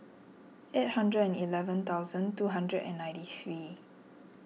eight hundred and eleven thousand two hundred and ninety three